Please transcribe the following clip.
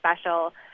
special